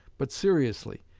but seriously,